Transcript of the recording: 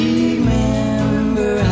Remember